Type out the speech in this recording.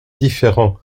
différents